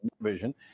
vision